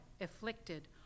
afflicted